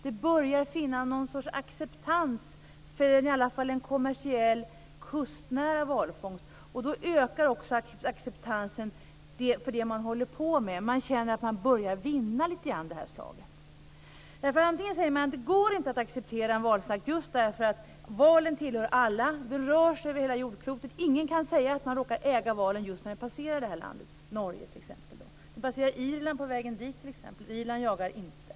Det börjar finnas en sorts acceptans i alla fall för en kommersiell kustnära valfångst. Då ökar också acceptansen för det man håller på med. Man känner att man lite grann börjar vinna det här slaget. Antingen säger man att det inte går att acceptera en valslakt just därför att valen tillhör alla. Den rör sig över hela jordklotet. Ingen kan säga att han eller hon råkar äga valen just när den passerar landet i fråga, t.ex. Norge. Valen passerar ju Irland på vägen dit, för att ta ett exempel, och Irland jagar inte.